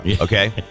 Okay